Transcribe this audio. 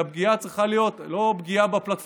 והפגיעה צריכה להיות לא בפלטפורמות,